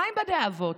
מה עם בתי האבות?